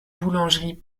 boulangerie